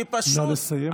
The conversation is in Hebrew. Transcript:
נא לסיים.